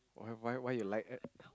why why why you like uh